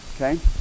Okay